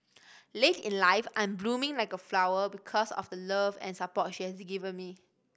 late in life I am blooming like a flower because of the love and support she has given me